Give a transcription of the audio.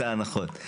ההנחות.